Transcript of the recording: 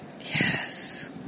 Yes